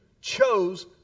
chose